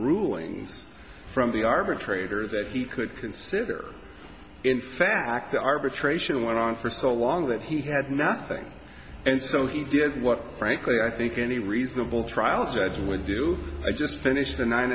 rulings from the arbitrator that he could consider in fact the arbitration went on for so long that he had nothing and so he did what frankly i think any reasonable trial judge would do i just finished a nine